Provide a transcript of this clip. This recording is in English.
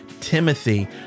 Timothy